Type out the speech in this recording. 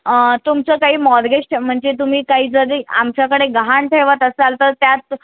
तुमचं काही मॉर्गेज म्हणजे तुम्ही काही जरी आमच्याकडे गहाण ठेवत असाल तर त्यात